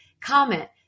comment